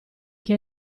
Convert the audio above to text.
che